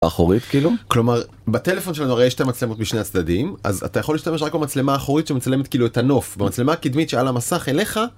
אחורית כאילו? כלומר בטלפון שלנו הרי יש שתי מצלמות משני הצדדים אז אתה יכול להשתמש רק במצלמה האחורית שמצלמת כאילו את הנוף במצלמה הקדמית שעל המסך אליך...